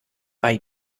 bei